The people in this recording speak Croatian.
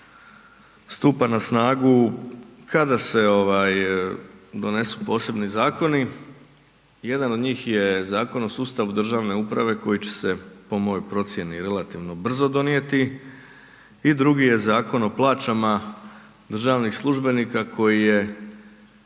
stupa na snagu kada se ovaj donesu posebni zakoni. Jedan od njih je Zakon o sustavu državne uprave koji će se po mojoj procjeni relativno brzo donijeti i drugi je Zakon o plaćama državnih službenika koji je